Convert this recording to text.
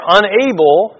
unable